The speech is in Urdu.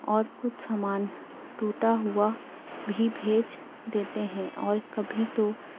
اور کچھ سامان ٹوٹا ہُوا بھی بھیج دیتے ہیں اور کبھی تو